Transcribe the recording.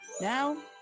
now